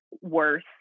worth